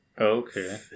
Okay